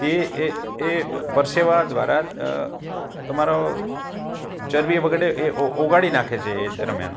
તે એ એ પરસેવા દ્વારા તમારી ચરબી વગેરે એ ઓગાળી નાખે છે એ દરમ્યાન